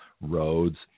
roads